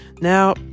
Now